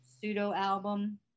pseudo-album